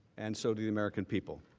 and so do the american people.